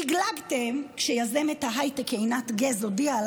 לגלגתם כשיזמת ההייטק עינת גז הודיעה על